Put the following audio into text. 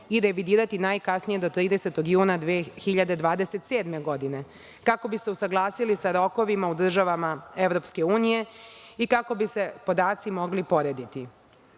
i revidirati najkasnije do 30 juna 2027. godine, kako bi se usaglasili sa rokovima u državama EU i kako bi se podaci mogli porediti. Akcioni